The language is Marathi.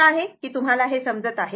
आशा आहे की तुम्हाला हे समजत आहे